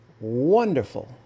wonderful